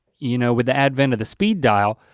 you know with the advent of the speed dial,